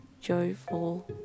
joyful